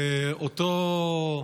אותו,